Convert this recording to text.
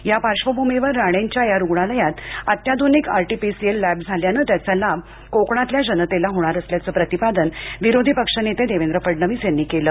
या पार्श्वभूमीवर राणेंच्या या रुग्णलयात अत्याधुनिक आर्टिपीसीएल लॅब झाल्यान त्याचा लाभ कोकणातलय जनतेला होणार असल्याच प्रतिपादन विरोधी पक्षनेते देवेंद्र फडणवीस यांनी केल